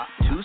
Two